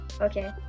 Okay